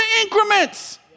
increments